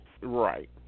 Right